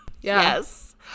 Yes